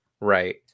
right